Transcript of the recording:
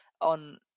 on